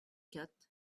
quatre